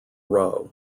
row